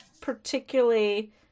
particularly